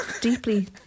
Deeply